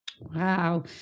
Wow